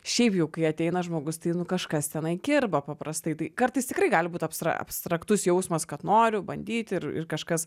šiaip jau kai ateina žmogus tai nu kažkas tenai kirba paprastai tai kartais tikrai gali būt abstra abstraktus jausmas kad noriu bandyti ir ir kažkas